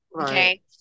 okay